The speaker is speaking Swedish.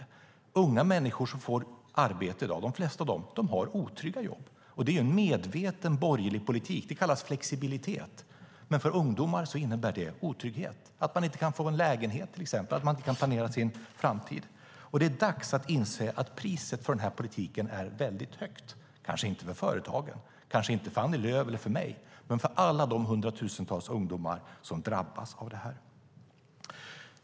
De flesta unga människor som har arbete i dag har otrygga jobb. Det är en medveten borgerlig politik. Det kallas flexibilitet, men för ungdomar innebär det otrygghet, att man inte kan få en lägenhet till exempel och att man inte kan planera sin framtid. Det är dags att inse att priset för den här politiken är väldigt högt, kanske inte för företagen, kanske inte för Annie Lööf eller för mig men för alla de hundratusentals ungdomar som drabbas av det här.